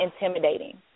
intimidating